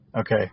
Okay